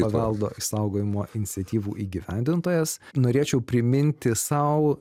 paveldo išsaugojimo iniciatyvų įgyvendintojas norėčiau priminti sau